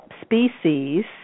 species